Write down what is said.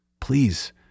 Please